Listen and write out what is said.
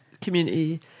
community